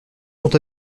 sont